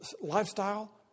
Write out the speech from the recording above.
Lifestyle